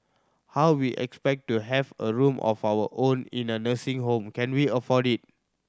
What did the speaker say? how we expect to have a room of our own in a nursing home can we afford it